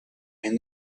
and